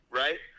right